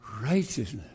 righteousness